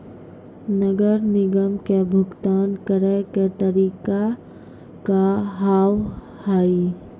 नगर निगम के भुगतान करे के तरीका का हाव हाई?